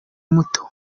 muto